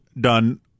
done